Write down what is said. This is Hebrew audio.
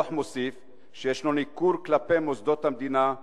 הדוח מוסיף שיש ניכור כלפי מוסדות המדינה,